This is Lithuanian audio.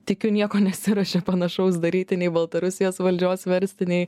tikiu nieko nesiruošė panašaus daryti nei baltarusijos valdžios versti nei